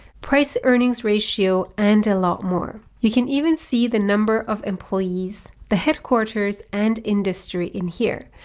price earnings ratio, and a lot more. you can even see the number of employees, the headquarters and industry in here.